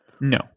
No